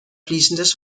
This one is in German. fließendes